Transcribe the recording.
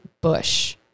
bush